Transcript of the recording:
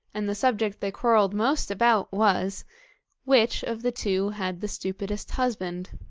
and the subject they quarrelled most about was which of the two had the stupidest husband.